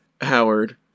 Howard